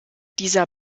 dieser